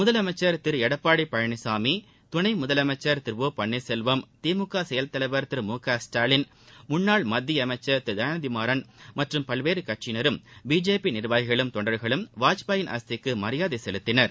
முதலமைச்சா் திரு எடப்பாடி பழனிசாமி துணை முதலமைச்சா் திரு ஓ பன்னீாசெல்வம் திமுக செயல் தலைவா் திரு மு க ஸ்டாலின் முன்னாள் மத்திய அமைச்சா் திரு தயாநிதிமாறன் மற்றும் பல்வேறு கட்சியினரும் பிஜேபி நிர்வாகிகளும் தொண்டர்களும் வாஜ்பாயின் அஸ்திக்கு மரியாதை செலுத்தினர்